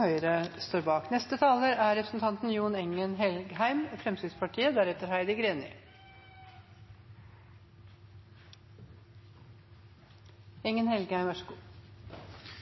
Høyre står bak. Representanten Olemic Thommessen har tatt opp de